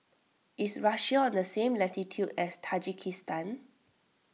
is Russia on the same latitude as Tajikistan